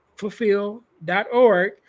fulfill.org